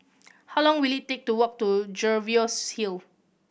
how long will it take to walk to Jervois Hill